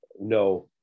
no